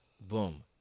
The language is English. boom